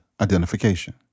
identification